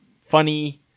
funny